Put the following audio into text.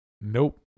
Nope